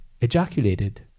ejaculated